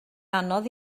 anodd